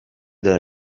della